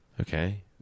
okay